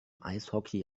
eishockey